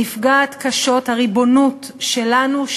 נפגעת קשות הריבונות שלנו,